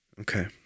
Okay